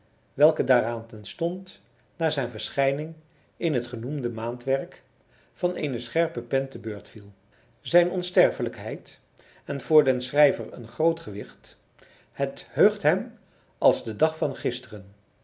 welke daaraan terstond na zijn verschijning in het genoemde maandwerk van eene scherpe pen te beurt viel zijn onsterfelijkheid en voor den schrijver een groot gewicht het heugt hem als de dag van gisteren